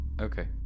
okay